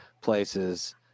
places